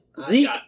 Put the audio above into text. Zeke